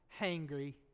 hangry